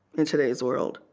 in today's world